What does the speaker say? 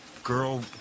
Girl